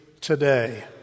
today